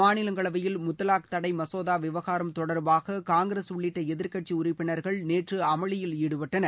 மாநிலங்களவையில் முத்தலாக் தடை மசோதா விவகாரம் தொடர்பாக காங்கிரஸ் உள்ளிட்ட எதிர்க்கட்சி உறுப்பினர்கள் நேற்று அமளியில் ஈடுபட்டனர்